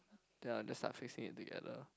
ya then start fixing it together